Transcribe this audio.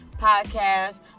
Podcast